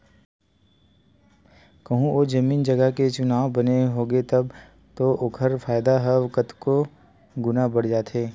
कहूँ ओ जमीन जगा के चुनाव बने होगे तब तो ओखर फायदा ह कतको गुना बड़ जाथे